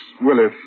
Willis